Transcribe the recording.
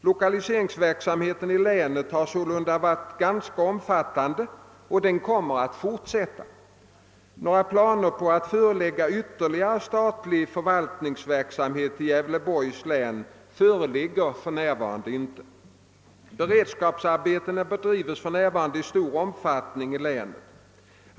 Lokaliseringsverksamheten i länet har sålunda varit ganska omfattande, och den kommer att fortsätta. Några planer på att förlägga ytterligare statlig förvaltningsverksamhet till Gävleborgs län föreligger för närvarande inte. varande i stor omfattning i länet.